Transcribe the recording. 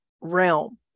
realm